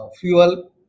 fuel